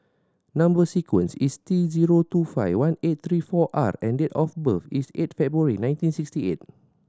number sequence is T zero two five one eight three four R and date of birth is eight February nineteen sixty eight